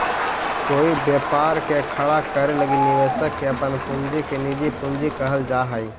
कोई व्यापार के खड़ा करे लगी निवेशक के अपन पूंजी के निजी पूंजी कहल जा हई